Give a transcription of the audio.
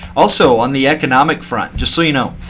also, on the economic front, just so you know,